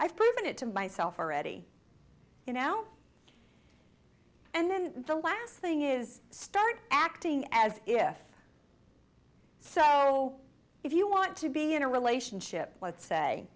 proven it to myself already you know and then the last thing is start acting as if so if you want to be in a relationship let's say